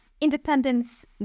independence